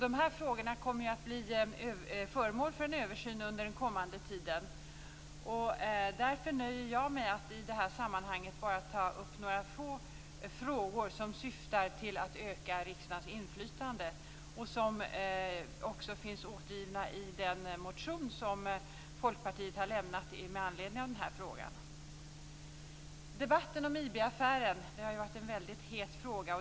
De här frågorna kommer att bli föremål för en översyn under den kommande tiden. Därför nöjer jag mig med att i det här sammanhanget bara ta upp några få frågor, som syftar till att öka riksdagens inflytande och som också finns återgivna i den motion som Folkpartiet har lämnat med anledning av den här frågan. Debatten om IB-affären har ju varit en het fråga.